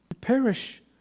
Perish